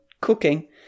cooking